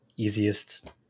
easiest